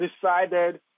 decided